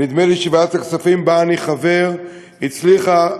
נדמה לי שוועדת הכספים, שבה אני חבר, הצליחה,